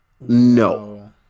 No